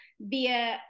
via